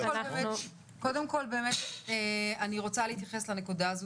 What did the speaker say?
אני רוצה להתייחס לנקודה הזו.